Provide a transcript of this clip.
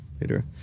later